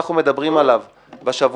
-- שאנחנו תמיד דיברנו עליו פה -- אמיר,